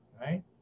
Right